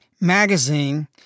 magazine